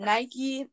Nike